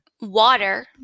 water